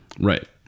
Right